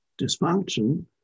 dysfunction